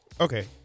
Okay